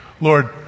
Lord